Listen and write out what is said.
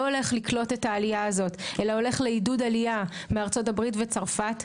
הולך לקלוט את העלייה הזו אלא הולך לעידוד עלייה מארצות הברית וצרפת,